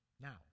Now